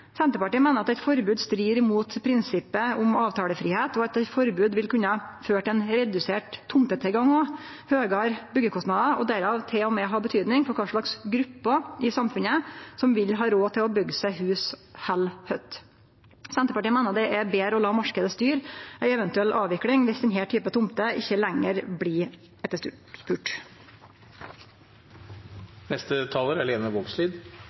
Senterpartiet meiner at eit forbod strir imot prinsippet om avtalefridom, og at eit forbod vil kunne føre til ein redusert tomtetilgang og høgare byggjekostnader, og derav til og med ha betydning for kva slags grupper i samfunnet som vil ha råd til å byggje seg hus eller hytte. Senterpartiet meiner det er betre å la marknaden styre ei eventuell avvikling, dersom denne typen tomter ikkje lenger blir